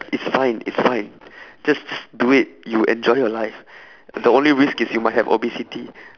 it's fine it's fine just just do it you will enjoy your life the only risk is you might have obesity